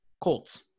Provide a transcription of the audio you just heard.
Colts